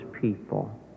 people